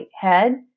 head